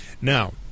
Now